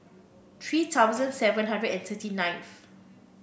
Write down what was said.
three thousand seven hundred and thirty ninth